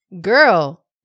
Girl